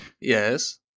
Yes